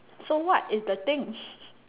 so what is the thing